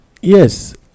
yes